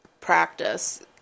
practice